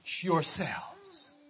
yourselves